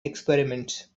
experiments